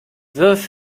wirf